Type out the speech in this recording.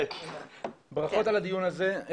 ברכות על הדיון הזה.